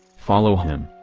follow him.